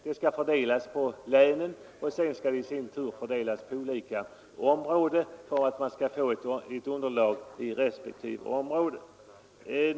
De skall fördelas på län och sedan i sin tur på olika områden bara för att man skall få ett underlag i respektive område.